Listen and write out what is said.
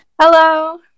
Hello